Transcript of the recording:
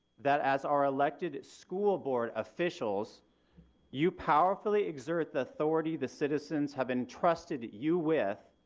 that as our elected school board officials you powerfully exert the authority the citizens have entrusted you with.